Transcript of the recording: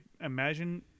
imagine